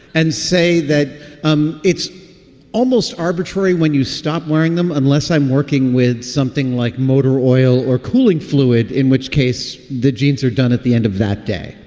and say that um it's almost arbitrary when you stop wearing them unless i'm working with something like motor oil or cooling fluid, in which case the jeans are done at the end of that day.